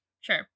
Sure